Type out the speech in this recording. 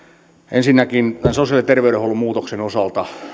ensinnäkin sosiaali ja terveydenhuollon muutoksen osalta